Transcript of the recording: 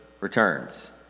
returns